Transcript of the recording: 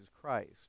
Christ